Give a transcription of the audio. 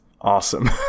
awesome